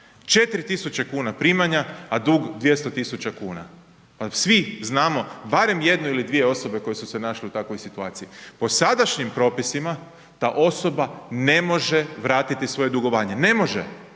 4000 kuna primanja a dug 200 000 kuna a svi znamo barem jednu ili dvije osobe koje su se našle u takvoj situaciji. Po sadašnjim propisima, ta osoba ne može vratiti svoje dugovanje, ne može